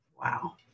Wow